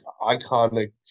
iconic